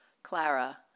Clara